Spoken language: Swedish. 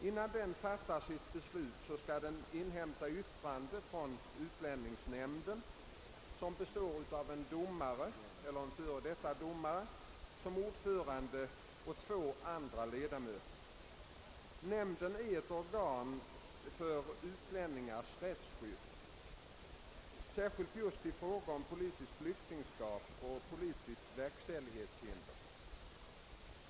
Innan den fattar sitt beslut skall den inhämta yttrande från utlänningsnämnden, som består av en domare eller f. d. domare som ordförande och två andra ledamöter. Nämnden är ett organ för utlänningarnas rättsskydd, särskilt just i frågor om politiskt flyktingskap och politiskt verkställighetshinder.